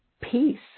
peace